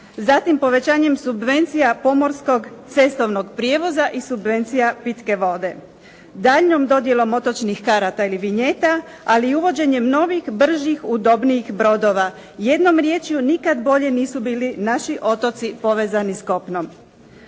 Zatim, povećanjem subvencija pomorskog cestovnog prijevoza i subvencija pitke vode, daljnjom dodjelom otočkih karata ili vinjeta, ali i uvođenjem novih, bržih, udobnijih brodova. Jednom riječju nikad bolje nisu bili naši otoci povezani s kopnom.